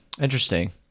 Interesting